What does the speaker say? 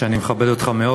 שאני מכבד מאוד,